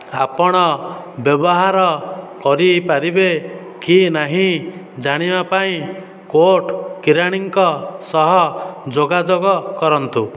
ଆପଣ ବ୍ୟବହାର କରିପାରିବେ କି ନାହିଁ ଜାଣିବା ପାଇଁ କୋର୍ଟ କିରାଣୀଙ୍କ ସହ ଯୋଗାଯୋଗ କରନ୍ତୁ